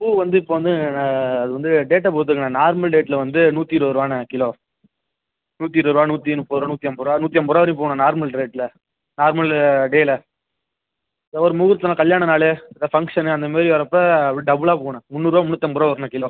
பூ வந்து இப்போ வந்து அது வந்து டேட்டை பொறுத்து இருக்குதுண்ண நார்மல் டேட்டில் வந்து நூற்றி இருபது ரூவாண்ண கிலோ நூற்றி இருபது ரூபா நூற்றி முப்பது ரூபா நூற்றி ஐம்பது ரூபா நூற்றி ஐம்பது ரூபா வரையும் போகுண்ண நார்மல் ரேட்டில் நார்மலு டேயில் இந்த ஒரு முகூர்த்தம் கல்யாண நாள் இந்த ஃபங்க்ஷனு அந்த மாதிரி வர்றப்போ அப்டியே டபுள்லா போகும்ண்ண முந்நூறு ரூபா முந்நூற்றி ஐம்பது ரூபா வரும்ண்ணா கிலோ